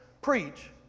preach